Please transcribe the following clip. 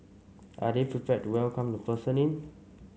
are they prepared to welcome the person in